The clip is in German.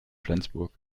flensburg